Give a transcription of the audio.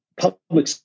public